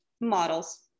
models